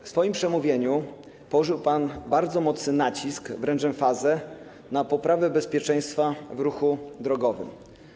W swoim przemówieniu położył pan bardzo mocny nacisk, wręcz emfazę, na poprawę bezpieczeństwa w ruchu drogowym.